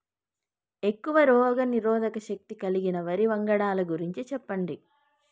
ఎక్కువ రోగనిరోధక శక్తి కలిగిన వరి వంగడాల గురించి చెప్పండి?